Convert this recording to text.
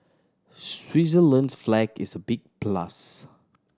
Switzerland's flag is a big plus